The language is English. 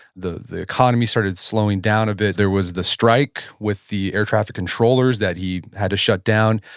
the the economy started slowing down a bit, there was the strike with the air traffic controllers that he had to shut down.